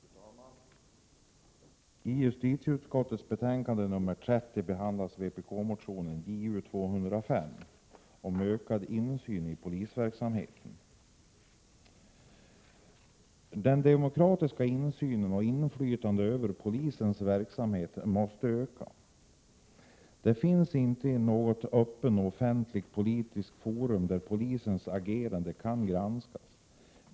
Fru talman! I justitieutskottets betänkande 30 behandlas vpk-motionen Ju205 om ökad insyn i polisverksamheten. Den demokratiska insynen i och inflytandet över polisens verksamhet måste öka. Det finns inte något öppet och offentligt politiskt forum där polisens agerande kan granskas.